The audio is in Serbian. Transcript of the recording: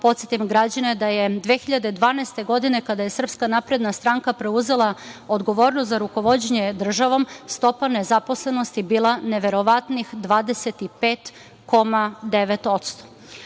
podsetim građane da je 2012. godine, kada je SNS preuzela odgovornost za rukovođenje državom, stopa nezaposlenosti bila neverovatnih 25,9%.Osim